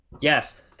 yes